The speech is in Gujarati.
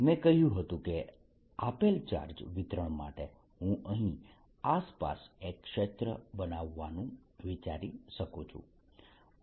મેં કહ્યું હતું કે આપેલ ચાર્જ વિતરણ માટે હું અહીં આસપાસ એક ક્ષેત્ર બનાવવાનું વિચારી શકું છું